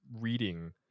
reading